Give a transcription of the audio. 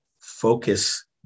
focus